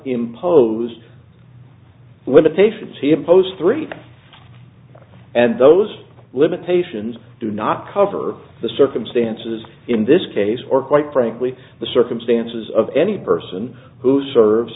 imposed with the patients he imposed three and those limitations do not cover the circumstances in this case or quite frankly the circumstances of any person who serve